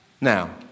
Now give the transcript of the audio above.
Now